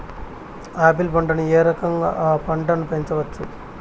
Apple పంటను ఏ రకంగా అ పంట ను పెంచవచ్చు?